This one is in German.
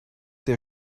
der